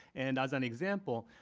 and as an example,